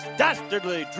dastardly